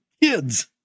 Kids